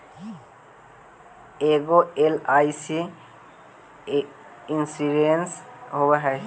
ऐगो LIC insurance होव है?